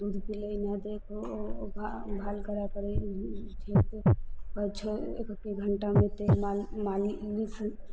दूध पिलैने देखहो ओ ओकरा देखभाल करए पड़ै नहि होइ छौ एक घंटामे तेल मालि मालि